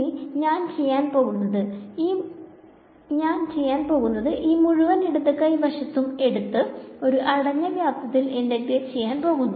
ഇനി ഞാൻ ചെയ്യാൻ പോകുന്നത് ഞാൻ ഈ മുഴുവൻ ഇടതു കൈ വശവും എടുത്ത് ഒരു അടഞ്ഞ വ്യാപ്തത്തിൽ ഇന്റഗ്രേറ്റ് ചെയ്യാൻ പോകുന്നു